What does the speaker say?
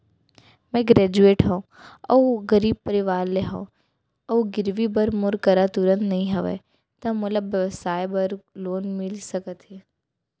मैं ग्रेजुएट हव अऊ गरीब परवार से हव अऊ गिरवी बर मोर करा तुरंत नहीं हवय त मोला व्यवसाय बर लोन मिलिस सकथे?